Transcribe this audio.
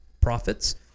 profits